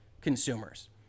consumers